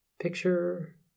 Picture